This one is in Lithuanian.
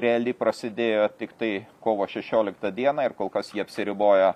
reali prasidėjo tiktai kovo šešioliktą dieną ir kol kas ji apsiribojo